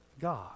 God